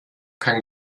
kein